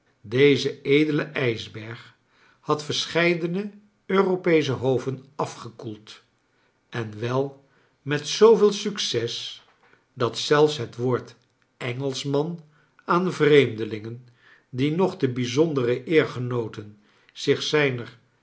deze edele ijsberg had verscheidene tsuropeesche hoven afgekoeld en wel met zooveel suoces da-t zelfs het woord engelschman aan vreemdelingen die nog de bijzondere eer genoten zich zijner